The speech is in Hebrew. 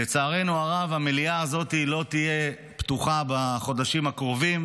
לצערנו הרב המליאה הזאת לא תהיה פתוחה בחודשים הקרובים.